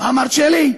מה אמרת, שלי?